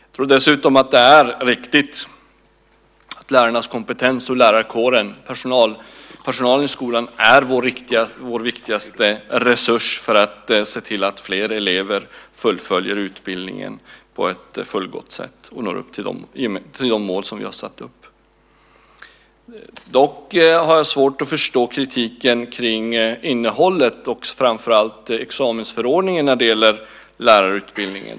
Jag tror dessutom att det är riktigt att lärarkåren - personalen i skolan - är vår viktigaste resurs för att se till att fler elever fullföljer utbildning på ett fullgott sätt och uppnår de mål som vi har satt upp. Jag har dock svårt att förstå den kritik som gäller innehållet och framför allt examensförordningen när det gäller lärarutbildningen.